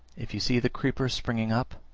if you see the creeper springing up,